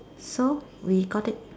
so we got it